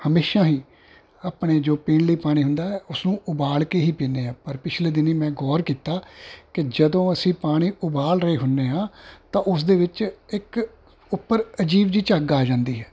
ਹਮੇਸ਼ਾਂ ਹੀ ਆਪਣੇ ਜੋ ਪੀਣ ਲਈ ਪਾਣੀ ਹੁੰਦਾ ਉਸ ਨੂੰ ਉਬਾਲ ਕੇ ਹੀ ਪੀਂਦੇ ਹਾਂ ਪਰ ਪਿਛਲੇ ਦਿਨੀਂ ਮੈਂ ਗੌਰ ਕੀਤਾ ਕਿ ਜਦੋਂ ਅਸੀਂ ਪਾਣੀ ਉਬਾਲ ਰਹੇ ਹੁੰਦੇ ਹਾਂ ਤਾਂ ਉਸਦੇ ਵਿੱਚ ਇੱਕ ਉੱਪਰ ਅਜੀਬ ਜਿਹੀ ਝੱਗ ਆ ਜਾਂਦੀ ਹੈ